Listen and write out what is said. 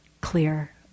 clear